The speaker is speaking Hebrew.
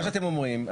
מה שאתם אומרים,